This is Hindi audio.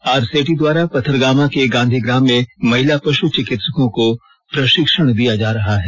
आरसेटी द्वारा पथरगामा के गांधीग्राम में महिला पश् चिकित्सकों को प्रशिक्षण दिया जा रहा है